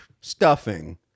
stuffing